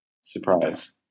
Surprise